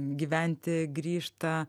gyventi grįžta